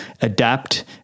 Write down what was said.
adapt